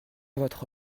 votre